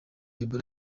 ebola